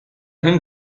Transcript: him